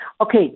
Okay